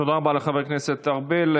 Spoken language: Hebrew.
תודה רבה לחבר הכנסת ארבל.